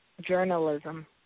Journalism